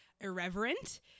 irreverent